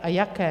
A jaké?